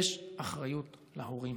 יש אחריות גם להורים.